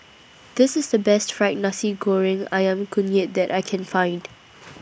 This IS The Best Fry Nasi Goreng Ayam Kunyit that I Can Find